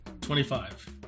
Twenty-five